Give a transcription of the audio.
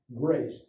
grace